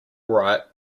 right